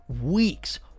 weeks